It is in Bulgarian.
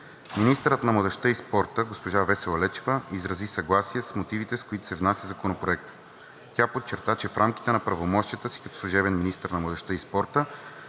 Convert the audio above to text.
Министърът на младежта и спорта – госпожа Весела Лечева, изрази съгласие с мотивите, с които се внася Законопроектът. Тя подчерта, че в рамките на правомощията си като служебен министър на младежта и спорта